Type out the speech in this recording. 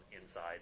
inside